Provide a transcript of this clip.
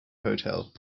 hotel